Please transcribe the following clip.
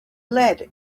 lead